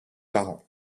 parents